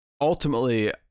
ultimately